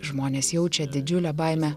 žmonės jaučia didžiulę baimę